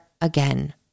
again